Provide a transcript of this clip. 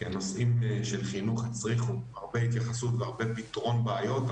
הנושאים של חינוך הצריכו הרבה התייחסות והרבה פתרון בעיות,